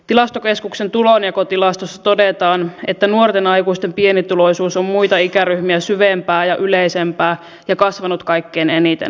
tilastokeskuksen tulonjakotilastossa todetaan että nuorten aikuisten pienituloisuus on muita ikäryhmiä syvempää ja yleisempää ja kasvanut kaikkein eniten